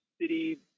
City